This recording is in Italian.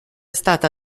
stata